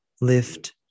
lift